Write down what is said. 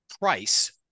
price –